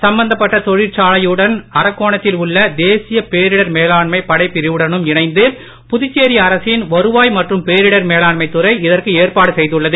சம்பந்தப்பட்ட தொழிற்சாலையுடனும் அரக்கோணத்தில் உள்ள தேசிய பேரிடர் மேலாண்மை படைப் பிரிவுடனும் இணைந்து புதுச்சேரி அரசின் வருவாய் மற்றும் பேரிடர் மேலாண்மைத் துறை இதற்கு ஏற்பாடு செய்துள்ளது